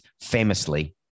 famously